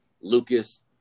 Lucas